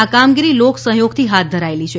આ કામગીરી લોક સહયોગથી હાથ ધરાયેલી છે